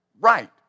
right